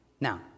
Now